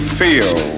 feel